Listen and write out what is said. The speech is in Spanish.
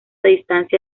distancia